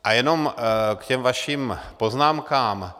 A jenom k těm vašim poznámkám.